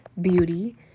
beauty